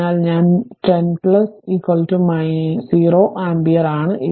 അതിനാൽ ഞാൻ 1 0 0 ആമ്പിയർ ആണ്